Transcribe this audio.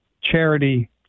charity